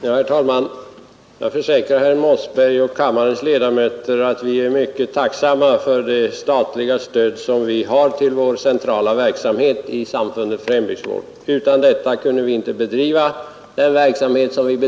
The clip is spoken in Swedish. Herr talman! Jag försäkrar herr Mossberger och kammarens ledamöter att vi är mycket tacksamma för det statliga stöd som vi har till vår centrala verksamhet i Samfundet för hembygdsvård. Utan detta kunde vi inte bedriva vår verksamhet.